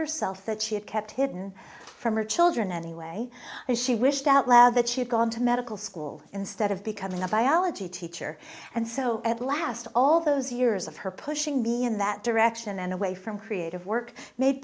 herself that she had kept hidden from her children anyway and she wished out loud that she had gone to medical school instead of becoming a biology teacher and so at last all those years of her pushing me in that direction and away from creative work made